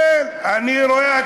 אני מסתכלת, כן, אני רואה.